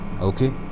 Okay